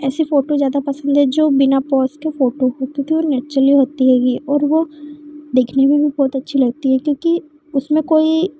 ऐसी फोटो ज्यादा पसंद है जो बिना पोस के फोटो होती है जो नैचुरली होती है और वो देखने में बहुत अच्छी लगती है क्योंकि उसमें कोई